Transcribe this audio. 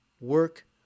work